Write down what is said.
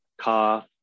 car